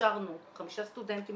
הכשרנו חמישה סטודנטים